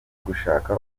gushaka